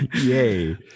Yay